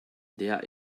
der